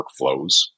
workflows